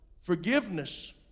Forgiveness